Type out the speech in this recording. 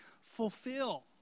fulfill